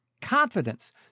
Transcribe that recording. Confidence